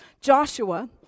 Joshua